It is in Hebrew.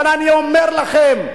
אבל אני אומר לכם,